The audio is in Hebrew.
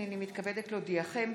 הינני מתכבדת להודיעכם,